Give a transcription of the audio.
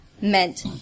meant